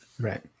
right